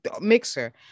mixer